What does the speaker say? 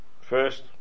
First